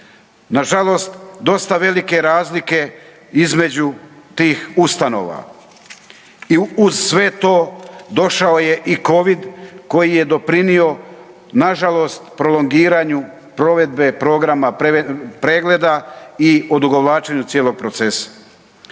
Nažalost, dosta velike razlike između tih ustanova. I …/Govornik se ne razumije./… sve to, došao je i COVID koji je doprinio nažalost prolongiranju provedbe programa pregleda i odugovlačenju cijelog procesa.